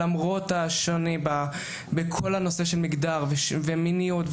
למרות השוני בכל הנושא של מגדר ומיניות,